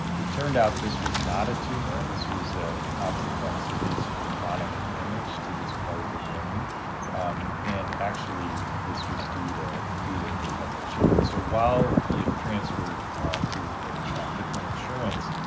it turned out this was not a tumor, this was a consequence of just chronic damage to this part of the brain and actually, this was due to due to inflammation and so while he had transferred to a different insurance,